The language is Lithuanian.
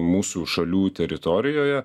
mūsų šalių teritorijoje